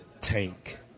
Tank